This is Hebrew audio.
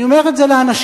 אני אומר את זה לאנשים,